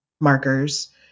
markers